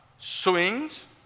swings